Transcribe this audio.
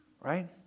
Right